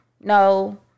no